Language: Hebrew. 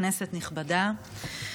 כנסת נכבדה,